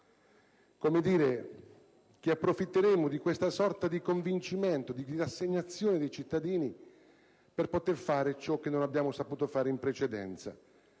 come dire che approfitteremo di questa sorta di convincimento, di rassegnazione dei cittadini per poter fare ciò che non abbiamo saputo fare in precedenza.